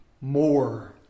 more